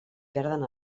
perden